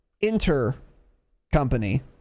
inter-company